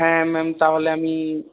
হ্যাঁ ম্যাম তাহলে আমি